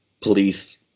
police